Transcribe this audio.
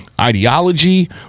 ideology